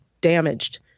damaged